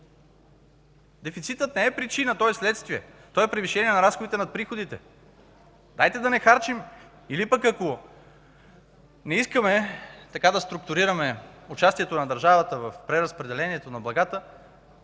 Дефицитът не е причина, той е следствие, той е превишение на разходите над приходите! Дайте да не харчим или пък ако не искаме така да структурираме участието на държавата в преразпределението на благата,